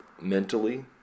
mentally